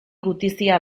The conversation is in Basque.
gutizia